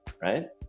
right